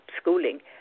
schooling